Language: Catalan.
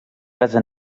casa